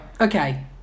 okay